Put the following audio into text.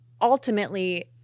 ultimately